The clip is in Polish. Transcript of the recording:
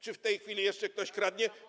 Czy w tej chwili jeszcze ktoś kradnie?